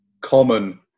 common